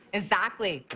exactly.